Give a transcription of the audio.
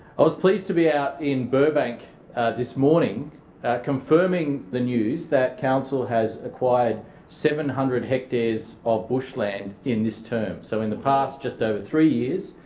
i was pleased to be out in burbank this morning confirming the news that council has acquired seven hundred hectares of bushland in this term. so in the past just over three years,